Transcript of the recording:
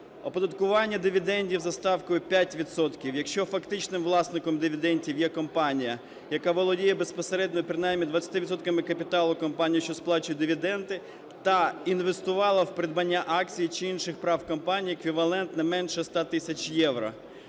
оподаткування дивідендів за ставкою 5 відсотків, якщо фактичним власником дивідендів є компанія, яка володіє безпосередньо принаймні 20 відсотками капіталу компанії, що сплачує дивіденди, та інвестувала в придбання акцій чи інших прав компанії еквівалент не менше 100 тисяч євро,